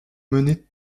mener